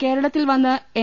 കേര ളത്തിൽവന്ന് എൻ